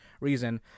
reason